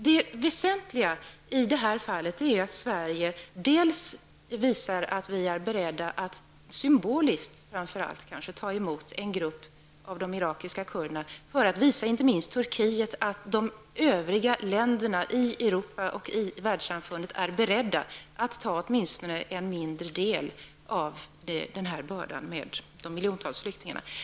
Det väsentliga i det här fallet är dock att vi i Sverige dels visar att vi är beredda att, kanske framför allt symboliskt, ta emot en grupp av de irakiska kurderna, för att visa inte minst Turkiet att de övriga länderna i Europa och i världssamfundet är beredda att ta åtminstone en mindre del av bördan av de miljontals flyktingarna.